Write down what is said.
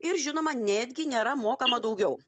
ir žinoma netgi nėra mokama daugiau